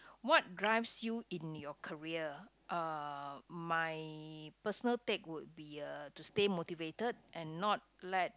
what drives you in your career uh my personal take would be uh to stay motivated and not let